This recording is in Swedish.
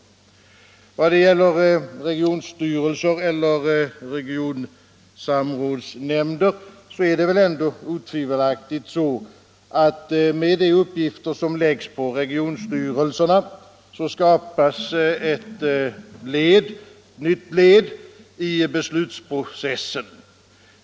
Vad gäller regionstyrelser eller regionsamrådsnämnder är det väl otvivelaktigt så att det genom de uppgifter som läggs på regionstyrelserna skapas ett nytt led i beslutsprocessen.